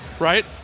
Right